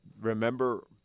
remember